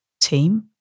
team